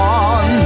on